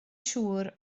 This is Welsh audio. siŵr